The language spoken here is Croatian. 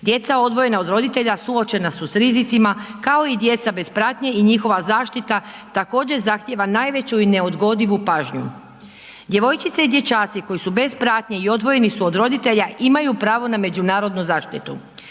Djeca odvojena od roditelja suočena su s rizicima, kao i djeca bez pratnje i njihova zaštita također zahtjeva najveću i neodgodivu pažnju. Djevojčice i dječaci koji su bez pratnje i odvojeni su od roditelja imaju pravo na međunarodnu zaštitu.